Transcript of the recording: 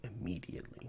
immediately